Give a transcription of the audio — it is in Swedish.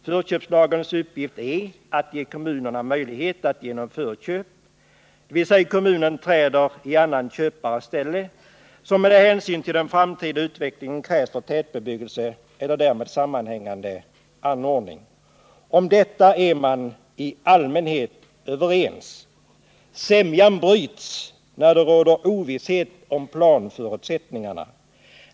Förköpslagens uppgift är att ge kommunerna möjlighet till förköp, dvs. att kommunen träder i annans köpares ställe, av mark som med hänsyn till den framtida utvecklingen krävs för tätbebyggelse eller därmed sammanhängande anordning. Om detta är man i allmänhet överens. Sämjan bryts när det råder ovisshet om planförutsättningarna.